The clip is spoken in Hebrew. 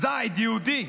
'ז'יד', 'יהודי'.